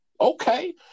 okay